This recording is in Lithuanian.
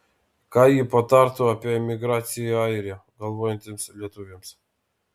ką ji patartų apie emigraciją į airiją galvojantiems lietuviams